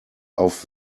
auf